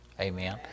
Amen